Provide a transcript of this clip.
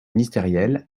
ministériel